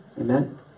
Amen